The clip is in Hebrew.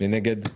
מי נגד?